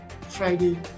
Friday